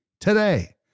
today